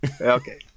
Okay